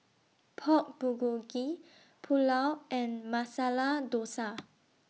Pork Bulgogi Pulao and Masala Dosa